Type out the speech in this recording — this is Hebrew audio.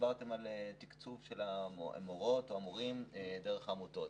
כשדיברתם על תקצוב המורות והמורים דרך העמותות,